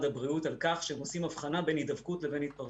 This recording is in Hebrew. הבריאות על כך שהם עושים הבחנה בין הידבקות לבין התפרצות.